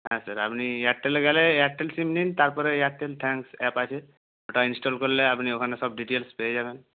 হ্যাঁ স্যার আপনি এয়ারটেলে গেলে এয়ারটেল সিম নিন তারপরে এয়ারটেল থ্যাঙ্কস অ্যাপ আছে ওটা ইন্সটল করলে আপনি ওখানে সব ডিটেলস পেয়ে যাবেন